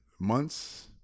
months